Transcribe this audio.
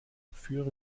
führe